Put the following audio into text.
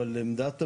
אבל עמדת הממשלה,